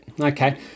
Okay